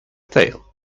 tail